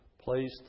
placed